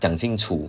讲清楚